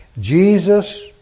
Jesus